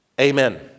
amen